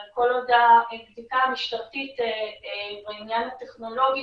אבל כל עוד הפסיקה המשטרתית בעניין הטכנולוגי